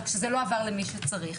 רק שזה לא עבר למי שצריך.